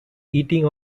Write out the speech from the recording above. eating